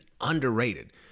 underrated